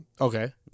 Okay